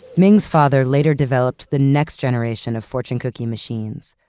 ming's father later developed the next generation of fortune cookie machines,